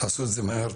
תעשו את זה מהר.